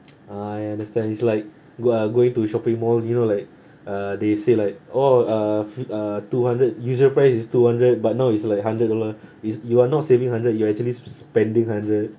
I understand it's like go uh going to a shopping mall you know like uh they say like oh uh food uh two hundred usual price is two hundred but now it's like a hundred dollar it's you are not saving hundred you're actually s~ spending hundred